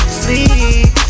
sleep